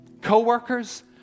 co-workers